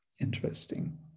interesting